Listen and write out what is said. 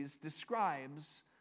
describes